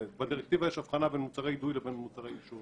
בדירקטיבה יש הבחנה בין מוצרי אידוי למוצרי עישון.